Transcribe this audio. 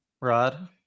Rod